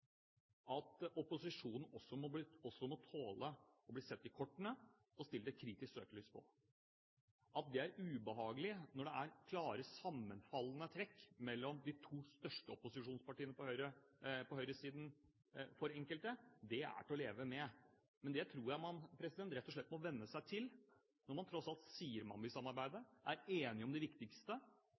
at opposisjonen i en debatt som finansdebatten, som representanten Thomas Breen helt riktig påpeker, hvor de reelle avveiningene til de ulike politiske partiene i denne sal legges fram, også må tåle å bli sett i kortene og satt et kritisk søkelys på. At det er ubehagelig når det er klare, sammenfallende trekk mellom de to største opposisjonspartiene på høyresiden for enkelte, er til å leve med. Det tror jeg man rett og slett må venne seg til, når man tross alt sier